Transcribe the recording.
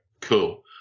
cool